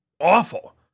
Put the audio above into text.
awful